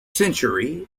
century